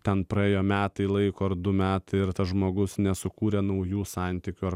ten praėjo metai laiko ar du metai ir tas žmogus nesukūrė naujų santykių ar